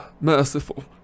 merciful